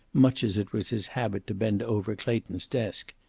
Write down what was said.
much as it was his habit to bend over clayton's desk.